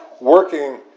working